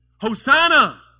Hosanna